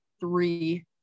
three